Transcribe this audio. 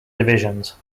divisions